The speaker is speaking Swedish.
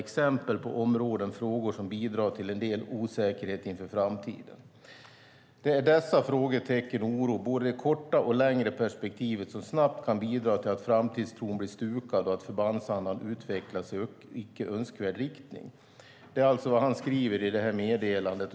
Det är exempel på områden och frågor som bidrar till en del osäkerhet inför framtiden. Det är dessa frågetecken och denna oro, både i det korta och det längre perspektivet, som snabbt kan bidra till att framtidstron blir stukad och förbandsandan utvecklas i icke-önskvärd riktning. Detta skriver alltså arméinspektören i sitt meddelande.